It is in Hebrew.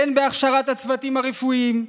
הן בהכשרת הצוותים הרפואיים,